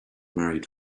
married